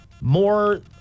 More